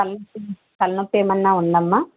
తలనొప్పి తలనొప్పి ఏమైనా ఉందా అమ్మా